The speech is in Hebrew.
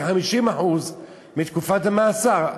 כ-50% מתקופת המאסר.